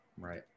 Right